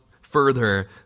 further